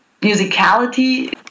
musicality